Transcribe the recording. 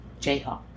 jayhawk